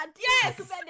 yes